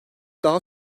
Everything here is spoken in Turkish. daha